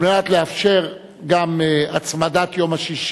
נושא איסור הפרעה לבחירות,